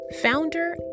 founder